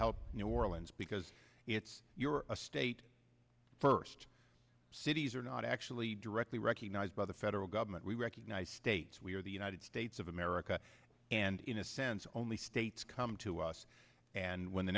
help new orleans because it's you're a state first cities are not actually directly recognized by the federal government we recognize states we're the united states of america and in a sense only states come to us and when the